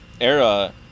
era